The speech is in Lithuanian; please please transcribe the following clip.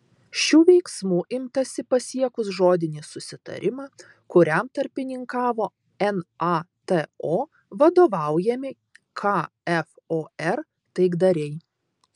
šių veiksmų imtasi pasiekus žodinį susitarimą kuriam tarpininkavo nato vadovaujami kfor taikdariai